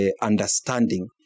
understanding